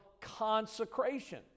consecration